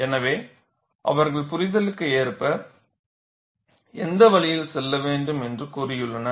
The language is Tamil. எனவே அவர்கள் புரிதலுக்கு ஏற்ப எந்த வழியில் செல்ல வேண்டும் என்று கூறியுள்ளனர்